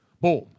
boom